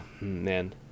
man